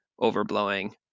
overblowing